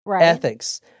ethics